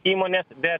įmonės bet